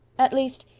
at least,